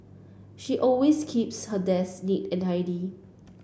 she always keeps her desk neat and tidy